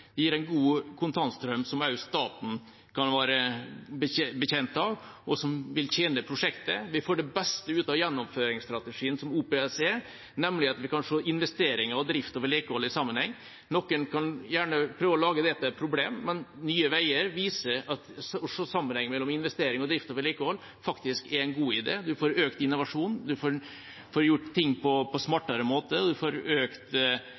Det gir en god kontantstrøm, som også staten kan være bekjent av, og som vil tjene prosjektet. Vi får det beste ut av gjennomføringsstrategien som OPS er, nemlig at vi kan se investeringer og drift og vedlikehold i sammenheng. Noen kan gjerne prøve å lage det til et problem, men Nye Veier viser at å se sammenheng mellom investering, drift og vedlikehold faktisk er en god idé. En får økt innovasjon, en får gjort ting på smartere måter, og en får økt